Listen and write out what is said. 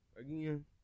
again